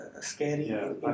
scary